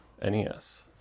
NES